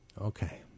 Okay